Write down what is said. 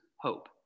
hope